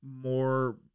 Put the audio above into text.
more